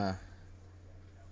ah